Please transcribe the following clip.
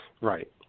Right